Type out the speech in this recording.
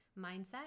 mindset